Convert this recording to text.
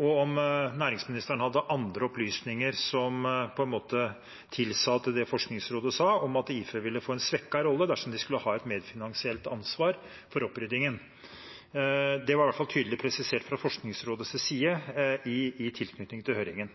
og om næringsministeren hadde opplysninger som på en måte tilsa at det Forskningsrådet sa om at IFE ville få en svekket rolle dersom de skulle ha et medfinansielt ansvar for oppryddingen, var feil. Det ble i hvert fall tydelig presisert fra Forskningsrådets side i tilknytning til høringen.